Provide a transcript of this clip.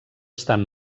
estan